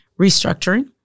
restructuring